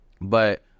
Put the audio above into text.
But-